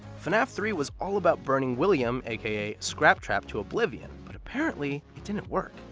fnaf three was all about burning william, aka springtrap, to oblivion, but apparently it didn't work.